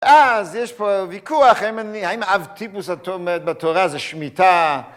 אה, אז יש פה ויכוח, האם אב טיפוס בתורה זה שמיטה...